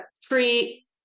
free